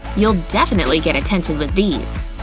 you'll definitely get attention with these.